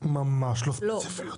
ממש לא ספציפיות.